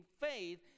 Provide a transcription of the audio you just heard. faith